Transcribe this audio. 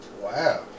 Wow